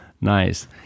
Nice